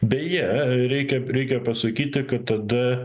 beje reikia reikia pasakyti kad tada